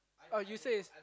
oh you say is